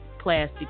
plastic